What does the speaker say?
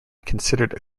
considered